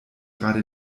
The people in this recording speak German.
gerade